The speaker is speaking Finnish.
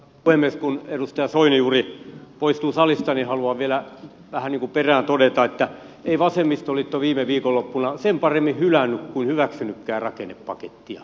kun edustaja soini juuri poistuu salista niin haluan vielä vähän niin kuin perään todeta että ei vasemmistoliitto viime viikonloppuna sen paremmin hylännyt kuin hyväksynytkään rakennepakettia